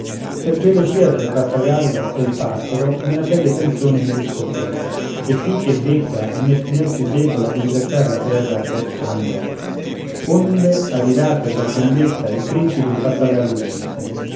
per gelosia tra il pappagallo e il passero una seria tenzone un dì scoppiò e picchia e becca il meschinel più debole ad ingrassar la terra presto andò onde adirato e per vendetta il principe il pappagallo uccise